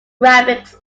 graphics